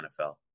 NFL